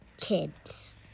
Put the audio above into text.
kids